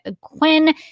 Quinn